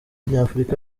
nyafurika